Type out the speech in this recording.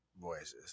voices